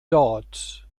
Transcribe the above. dort